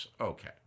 Okay